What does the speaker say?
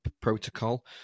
protocol